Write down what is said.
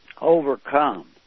overcome